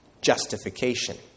justification